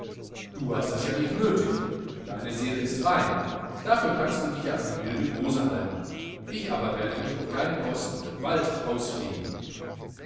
du hast das ja nicht nötig deine seele ist rein dafür kannst du dich ja an die milde gose halten ich aber werde mich auf deine kosten gewaltig ausfegen